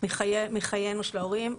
מחיינו של ההורים.